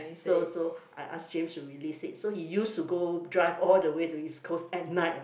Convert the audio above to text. so so I ask James to release it so he used to go drive all the way to East Coast at night ah